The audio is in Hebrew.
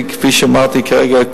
כפי שאמרתי כרגע,